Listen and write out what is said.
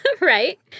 Right